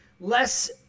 Less